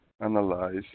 analyze